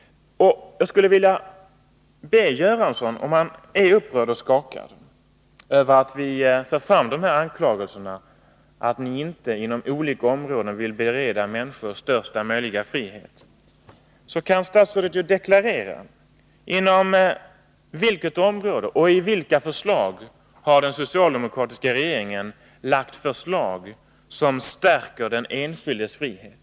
Jag skulle vilja be herr Göransson, om han är upprörd och skakad över att vi för fram dessa anklagelser — att ni inte inom olika områden vill bereda människor största möjliga frihet — att statsrådet deklarerar inom vilket område och i vilka sammanhang den socialdemokratiska regeringen har lagt fram förslag som stärker den enskildes frihet.